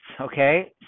okay